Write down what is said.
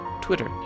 twitter